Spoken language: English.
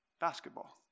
Basketball